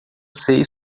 sei